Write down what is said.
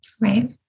Right